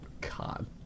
God